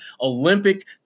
Olympic